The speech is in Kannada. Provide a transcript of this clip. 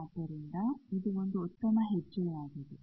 ಆದ್ದರಿಂದ ಇದು ಒಂದು ಉತ್ತಮ ಹೆಜ್ಜೆಯಾಗಿದೆ